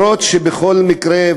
בכל מקרה,